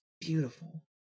beautiful